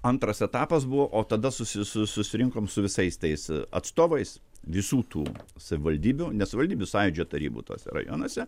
antras etapas buvo o tada susi su susirinkom su visais tais atstovais visų tų savivaldybių ne savivaldybių sąjūdžio tarybų tuose rajonuose